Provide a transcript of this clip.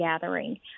gathering